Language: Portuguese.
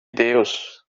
deus